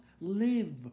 live